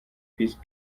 peace